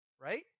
Right